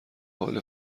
حال